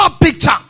picture